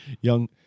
young